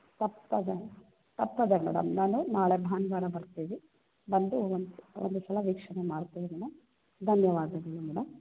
ತಪ್ಪದೆ ತಪ್ಪದೆ ಮೇಡಮ್ ನಾನು ನಾಳೆ ಭಾನುವಾರ ಬರ್ತೀವಿ ಬಂದು ಒಂದು ಒಂದು ಸಲ ವೀಕ್ಷಣೆ ಮಾಡ್ತೀವಿ ಮೇಡಮ್ ಧನ್ಯವಾದಗಳು ಮೇಡಮ್